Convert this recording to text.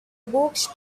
books